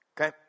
Okay